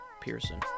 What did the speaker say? pearson